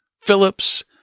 Phillips